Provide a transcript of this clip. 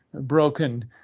broken